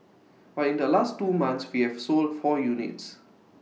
but in the last two months we have sold four units